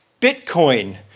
Bitcoin